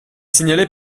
signalé